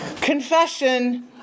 Confession